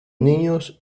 niños